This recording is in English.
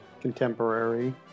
contemporary